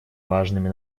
важными